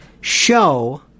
show